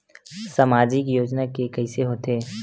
सामाजिक योजना के कइसे होथे?